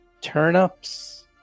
turnips